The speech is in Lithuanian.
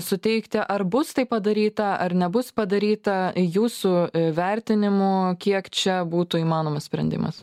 suteikti ar bus tai padaryta ar nebus padaryta jūsų vertinimu kiek čia būtų įmanomas sprendimas